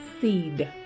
seed